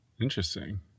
Interesting